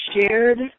shared